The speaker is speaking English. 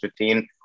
15